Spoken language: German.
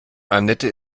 anette